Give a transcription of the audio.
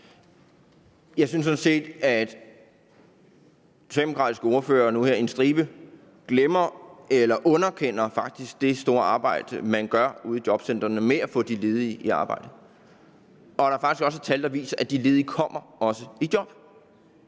Jeg synes sådan set, at den socialdemokratiske ordfører og en stribe andre faktisk glemmer eller underkender det store arbejde, de gør ude i jobcentrene med at få de ledige i arbejde, og at der faktisk også er tal, der viser, at de ledige kommer i job.